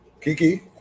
Kiki